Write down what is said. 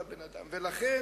מדברים פחות ועושים יותר, למשל,